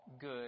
good